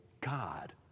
God